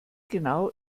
genau